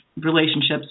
relationships